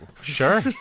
Sure